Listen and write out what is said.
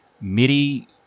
MIDI